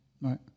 Right